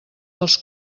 dels